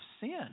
sin